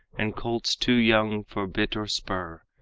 and colts too young for bit or spur,